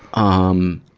um,